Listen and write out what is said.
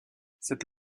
cette